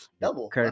Double